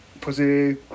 Pussy